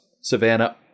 Savannah